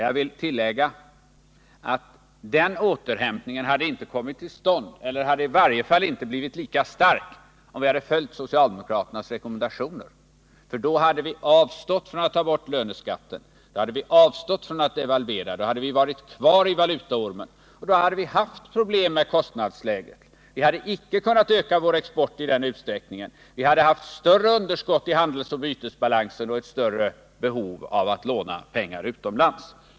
Jag vill tillägga att denna återhämtning inte hade kommit till stånd eller i varje fall inte blivit lika stark om vi hade följt socialdemokraternas rekommendationer. Då hade vi avstått från att ta bort löneskatten, då hade vi avstått från att devalvera, då hade vi varit kvar i valutaormen och då hade vi haft problem med kostnadsläget. Vi hade icke kunnat öka vår export i den utsträckningen, vi hade haft större underskott i handelsoch bytesbalansen och ett större behov av att låna pengar utomlands.